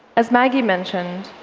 as maggie mentioned,